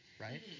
right